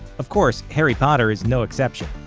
of course, harry potter is no exception.